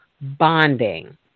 bonding